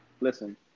listen